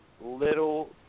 little